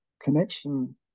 connection